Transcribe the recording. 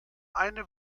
eine